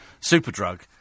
Superdrug